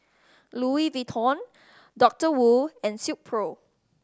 Louis Vuitton Doctor Wu and Silkpro